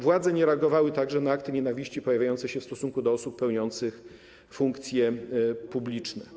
Władze nie reagowały także na akty nienawiści pojawiające się w stosunku do osób pełniących funkcje publiczne.